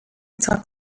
talk